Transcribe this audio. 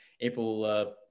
April